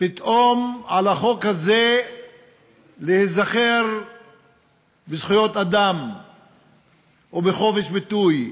פתאום על החוק הזה להיזכר בזכויות אדם ובחופש ביטוי.